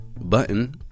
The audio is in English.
button